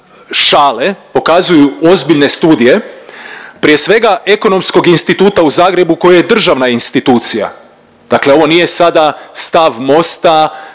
šale pokazuju ozbiljne studije, prije svega Ekonomskog instituta u Zagrebu koji je državna institucija, dakle ovo nije sada stav Mosta,